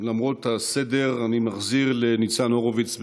למרות הסדר אני מחזיר לניצן הורוביץ.